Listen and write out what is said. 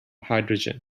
hydrogen